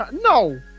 No